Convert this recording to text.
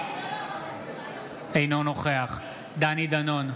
אינו נוכח דני דנון,